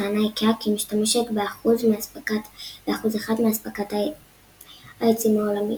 טענה איקאה כי היא משתמשת ב-1% מאספקת העצים העולמית.